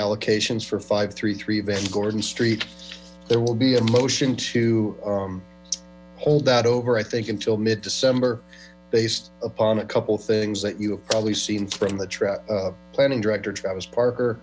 allocations for five three three van gordon street there will be a motion to hold that over i think until mid december based upon a couple of things that you probably seen from the planning director travis parker